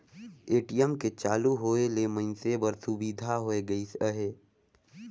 ATM के चालू होय ले मइनसे बर सुबिधा होय गइस हे